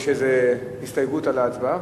יש איזו הסתייגות על ההצבעה?